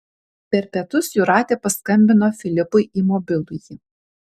per pietus jūratė paskambino filipui į mobilųjį